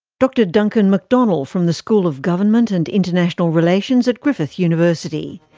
dr duncan mcdonnell from the school of government and international relations at griffith university.